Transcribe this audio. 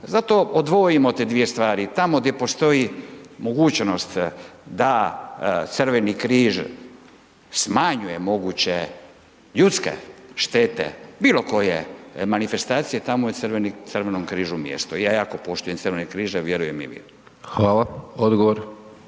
Zato odvojimo te dvije stvari, tamo gdje postoji mogućnost da Crveni križ smanjuje moguće ljudske štete bilo koje manifestacije tamo je Crvenom križu mjesto, ja jako poštujem Crveni križ, a vjerujem i vi. **Hajdaš